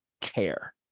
care